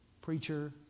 preacher